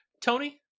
Tony